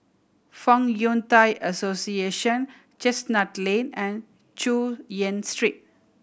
Fong Yun Thai Association Chestnut Lane and Chu Yen Street